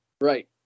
Right